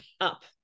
up